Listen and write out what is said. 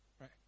right